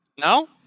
No